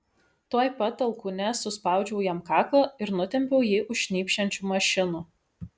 tuoj pat alkūne suspaudžiau jam kaklą ir nutempiau jį už šnypščiančių mašinų